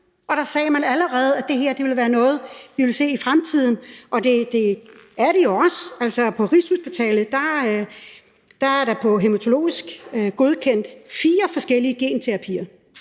og der sagde man allerede, at det her vil være noget, vi vil se i fremtiden, og det er det jo også. Altså, på Rigshospitalet er der på den hæmatologiske afdeling godkendt fire forskellige genterapier.